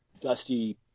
dusty –